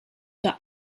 der